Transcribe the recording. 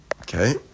Okay